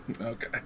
Okay